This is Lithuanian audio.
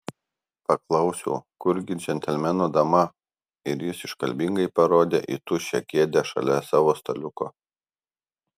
paklausiau kur gi džentelmeno dama ir jis iškalbingai parodė į tuščią kėdę šalia savo staliuko